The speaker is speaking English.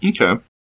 Okay